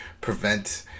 prevent